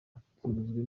atunzwe